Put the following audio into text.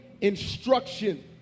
instruction